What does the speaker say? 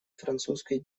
французской